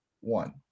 one